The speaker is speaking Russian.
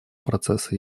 процесса